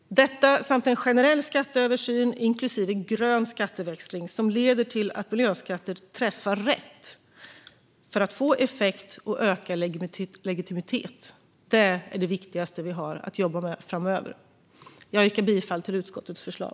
Detta samt en generell skatteöversyn, inklusive en grön skatteväxling som leder till att miljöskatter träffar rätt, för att få effekt och ökad legitimitet, är det viktigaste vi har att jobba med framöver. Jag yrkar bifall till utskottets förslag.